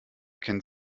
kennt